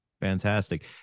fantastic